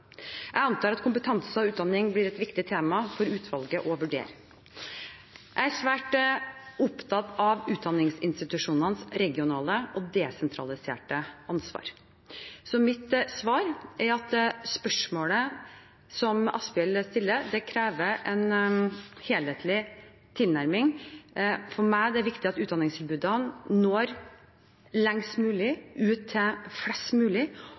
Jeg antar at kompetanse og utdanning blir et viktig tema for utvalget å vurdere. Jeg er svært opptatt av utdanningsinstitusjonenes regionale og desentraliserte ansvar. Mitt svar er at spørsmålet som Asphjell stiller, krever en helhetlig tilnærming. For meg er det viktig at utdanningstilbudene når lengst mulig ut og til flest mulig,